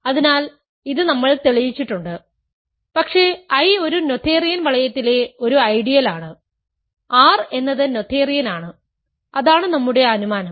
അതിനാൽ ഇത് നമ്മൾ തെളിയിച്ചിട്ടുണ്ട് പക്ഷേ I ഒരു നോഥേറിയൻ വളയത്തിലെ ഒരു ഐഡിയലാണ് R എന്നത് നോഥേറിയൻ ആണ് അതാണ് നമ്മുടെ അനുമാനo